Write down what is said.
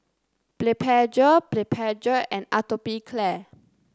Blephagel Blephagel and Atopiclair